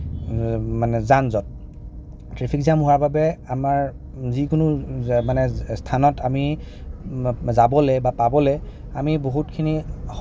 যান যঁট traffic jam হোৱাৰ বাবে আমাৰ যিকোনো স্থানত আমি যাবলৈ বা পাবলৈ আমি বহুতখিনি